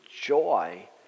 joy